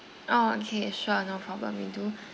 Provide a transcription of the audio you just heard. oh okay sure no problem we do